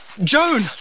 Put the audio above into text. Joan